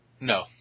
No